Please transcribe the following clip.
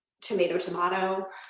tomato-tomato